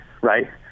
right